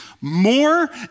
More